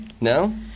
No